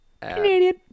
Canadian